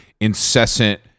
incessant